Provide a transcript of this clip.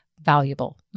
valuable